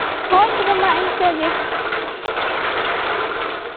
ᱦᱳᱭ ᱛᱚᱵᱮ ᱢᱟ ᱤᱱᱠᱟᱹᱜᱮ